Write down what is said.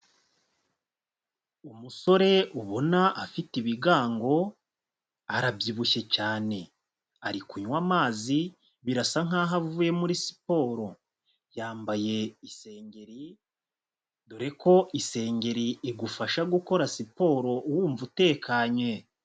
Umusore ubona afite ibigango, arabyibushye cyane, ari kunywa amazi birasa nk'aho avuye muri siporo, yambaye isengeri, dore ko isengeri igufasha gukora siporo wumva utekanye.